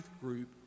group